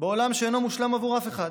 בעולם שאינו מושלם עבור אף אחד,